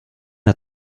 der